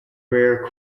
rare